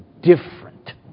different